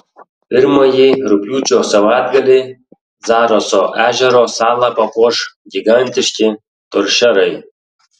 pirmąjį rugpjūčio savaitgalį zaraso ežero salą papuoš gigantiški toršerai